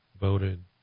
voted